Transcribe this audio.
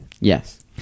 Yes